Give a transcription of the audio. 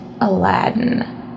Aladdin